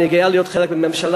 אבל אני גאה להיות חלק מהממשלה,